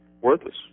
worthless